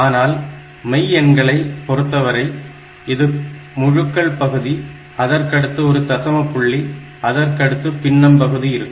ஆனால் மெய் எண்களை பொறுத்தவரை இது முழுக்கள் பகுதி அதற்கடுத்து ஒரு தசம புள்ளி அதற்கடுத்து பின்னம் பகுதி இருக்கும்